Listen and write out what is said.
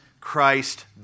Christ